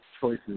choices